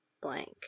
blank